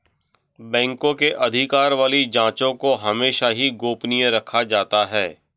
बैंकों के अधिकार वाली जांचों को हमेशा ही गोपनीय रखा जाता है